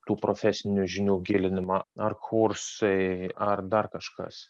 tų profesinių žinių gilinimą ar kursai ar dar kažkas